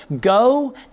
go